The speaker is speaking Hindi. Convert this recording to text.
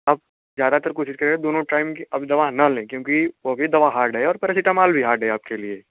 आप ज़्यादातर कोशिश कीजिएगा दोनों टाइम की अब दवा ना लें क्योंकि वह भी दवा हार्ड है और परसीटमाल भी हार्ड है आपके लिए